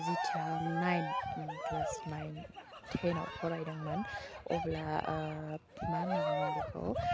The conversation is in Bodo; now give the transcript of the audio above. जिथिया आं नाइन आं क्लास नाइन टेनाव फरायदोंमोन अब्ला मा होनना बुंगोन बेखौ